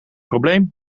probleem